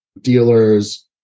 dealers